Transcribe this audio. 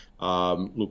Look